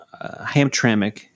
Hamtramck